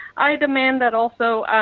i demand that also,